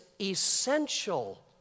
essential